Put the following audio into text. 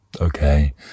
okay